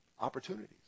Opportunities